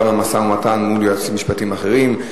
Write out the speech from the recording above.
גם במשא-ומתן מול יועצים משפטיים אחרים.